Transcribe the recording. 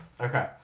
Okay